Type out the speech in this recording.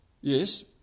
yes